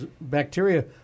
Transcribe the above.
bacteria